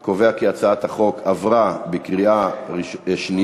אני קובע כי הצעת החוק עברה בקריאה שנייה.